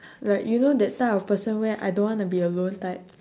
like you know that type of person where I don't want to be alone type